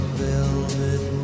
velvet